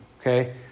Okay